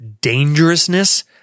dangerousness